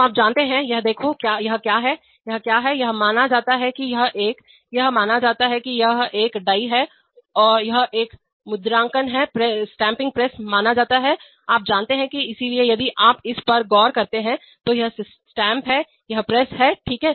तो आप जानते हैं यह देखो यह क्या है यह क्या है यह माना जाता है कि यह एक है यह माना जाता है कि यह डाई है यह एक मुद्रांकन प्रेस स्टांपिंग प्रेस माना जाता है आप जानते हैं इसलिए यदि आप इस पर गौर करते हैं तो यह स्टैम्प है यह प्रेस है ठीक है